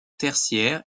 tertiaire